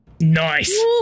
nice